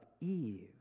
Eve